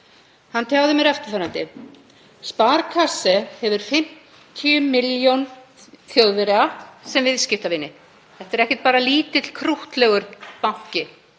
Hann tjáði mér eftirfarandi: Sparkasse hefur 50 milljón Þjóðverja sem viðskiptavini. Þetta er ekki bara lítill, krúttlegur banki.